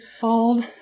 called